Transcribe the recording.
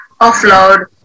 offload